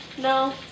No